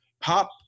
Pop